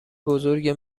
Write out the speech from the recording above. بزرگ